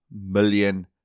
million